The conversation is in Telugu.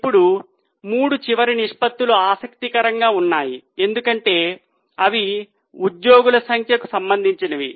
ఇప్పుడు 3 చివరి నిష్పత్తులు ఆసక్తికరంగా ఉన్నాయి ఎందుకంటే అవి ఉద్యోగుల సంఖ్యకు సంబంధించినవి